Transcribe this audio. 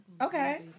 Okay